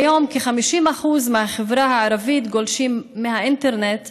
כיום כ-50% מהחברה הערבית גולשים באינטרנט במחשב,